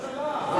לממשלה.